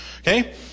Okay